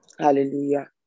Hallelujah